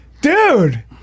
Dude